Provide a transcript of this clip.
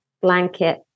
blanket